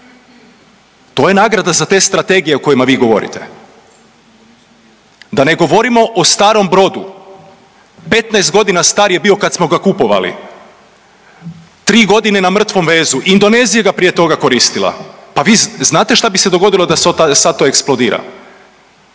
To je nagrada za te strategije o kojima vi govorite, da ne govorimo o starom brodu. 15 godina star je bio kad smo ga kupovali, tri godine na mrtvom vezu. Indonezija ga je prije toga koristila. Pa vi znate šta bi se dogodilo da sad to eksplodira?